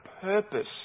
purpose